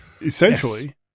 essentially